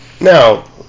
Now